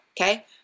Okay